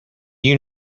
you